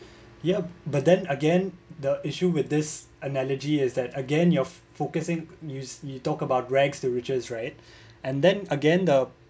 yup but then again the issue with this analogy is that again your focusing new~ you talk about rags to riches right and then again the